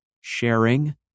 sharing